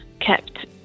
kept